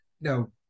No